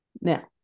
Now